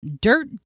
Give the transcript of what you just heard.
dirt